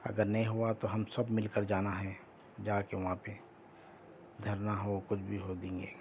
اگر نہیں ہوا تو ہم سب مل کر جانا ہے جا کے وہاں پہ دھرنا ہو کچھ بھی ہو دیں گے